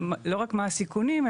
ולא רק מה הסיכונים ,